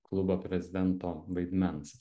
klubo prezidento vaidmens